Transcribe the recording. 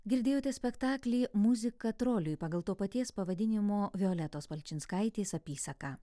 girdėjote spektaklį muzika troliui pagal to paties pavadinimo violetos palčinskaitės apysaką